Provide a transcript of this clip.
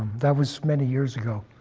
that was many years ago.